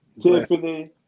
Tiffany